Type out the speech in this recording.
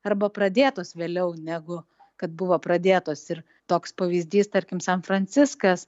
arba pradėtos vėliau negu kad buvo pradėtos ir toks pavyzdys tarkim san franciskas